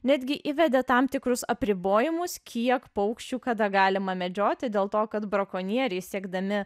netgi įvedė tam tikrus apribojimus kiek paukščių kada galima medžioti dėl to kad brakonieriai siekdami